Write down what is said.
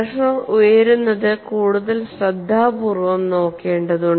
pressure ഉയരുന്നത് കൂടുതൽ ശ്രദ്ധാപൂർവ്വം നോക്കേണ്ടതുണ്ട്